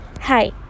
Hi